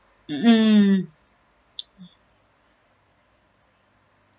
mm mm